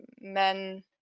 men